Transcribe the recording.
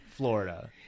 florida